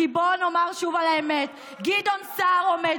כי בואו נאמר שוב את האמת: גדעון סער עומד